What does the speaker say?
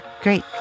great